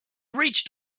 reached